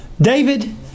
David